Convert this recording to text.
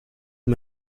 mir